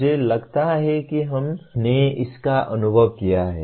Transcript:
मुझे लगता है कि हम सभी ने इसका अनुभव किया है